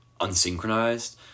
unsynchronized